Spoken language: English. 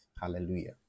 Hallelujah